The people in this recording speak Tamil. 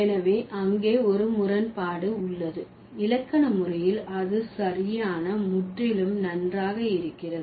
எனவே அங்கே ஒரு முரண்பாடு உள்ளது இலக்கணமுறையில் அது சரியான முற்றிலும் நன்றாக இருக்கிறது